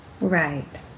Right